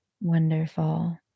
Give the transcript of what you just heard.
Wonderful